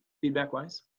Feedback-wise